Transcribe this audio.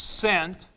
sent